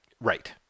right